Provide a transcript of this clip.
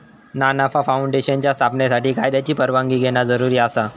ना नफा फाऊंडेशनच्या स्थापनेसाठी कायद्याची परवानगी घेणा जरुरी आसा